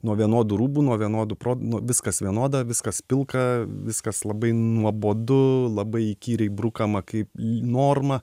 nuo vienodų rūbų nuo vienodų pro nu viskas vienoda viskas pilka viskas labai nuobodu labai įkyriai brukama kaip norma